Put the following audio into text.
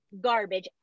garbage